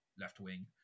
left-wing